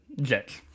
Jets